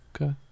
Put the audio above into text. Okay